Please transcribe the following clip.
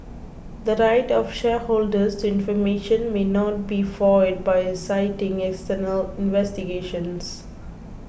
the right of shareholders to information may not be foiled by citing external investigations